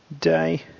day